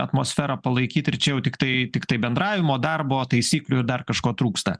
atmosferą palaikyt ir čia jau tiktai tiktai bendravimo darbo taisyklių ir dar kažko trūksta